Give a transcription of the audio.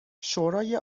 شورای